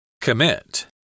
Commit